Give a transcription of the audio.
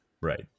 right